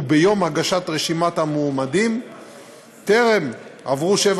וביום הגשת רשימת המועמדים טרם עברו שבע